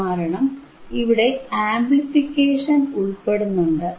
കാരണം ഇവിടെ ആംപ്ലിഫിക്കേഷൻ ഉൾപ്പെടുന്നുണ്ട്